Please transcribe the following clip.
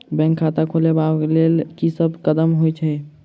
Bank खाता खोलबाबै केँ लेल की सब कदम होइ हय?